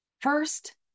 First